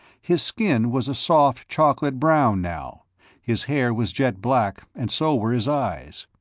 his skin was a soft chocolate-brown, now his hair was jet-black, and so were his eyes.